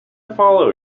follow